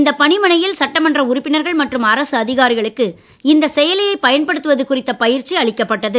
இந்தப் பணிமனையில் சட்டமன்ற உறுப்பினர்கள் மற்றும் அரசுஅதிகாரிகளுக்கு இந்த செயலியைப் பயன்படுத்துவது குறித்த பயிற்சி அளிக்கப்பட்டது